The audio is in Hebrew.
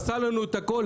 עשה לנו את הכול.